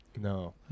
No